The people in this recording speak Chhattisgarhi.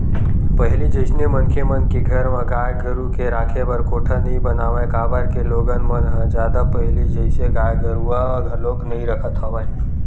पहिली जइसे मनखे मन के घर म गाय गरु के राखे बर कोठा नइ बनावय काबर के लोगन मन ह जादा पहिली जइसे गाय गरुवा घलोक नइ रखत हवय